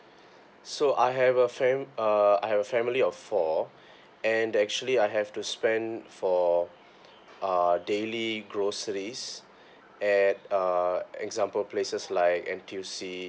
so I have a fam~ uh I have a family of four and there actually I have to spend for uh daily groceries at uh example places like N_T_U_C